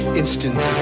instance